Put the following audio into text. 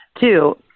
Two